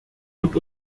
und